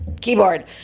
keyboard